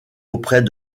auprès